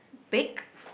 bake